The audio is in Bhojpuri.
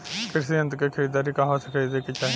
कृषि यंत्र क खरीदारी कहवा से खरीदे के चाही?